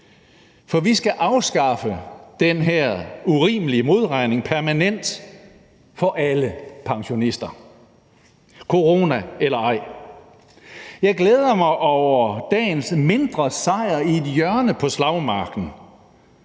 for vi skal afskaffe den her urimelige modregning permanent for alle pensionister – corona eller ej. Jeg glæder mig over dagens mindre sejr i et hjørne på slagmarken,